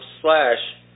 slash